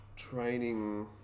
Training